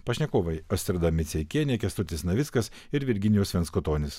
pašnekovai astrida miceikienė kęstutis navickas ir virginijus venskutonis